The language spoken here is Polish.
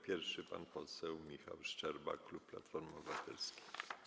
Pierwszy pan poseł Michał Szczerba, klub Platforma Obywatelska.